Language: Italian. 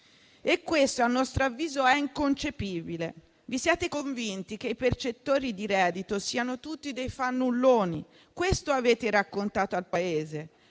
e questo - a nostro avviso - è inconcepibile. Vi siate convinti che i percettori di reddito siano tutti dei fannulloni - questo avete raccontato al Paese